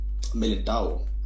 Militao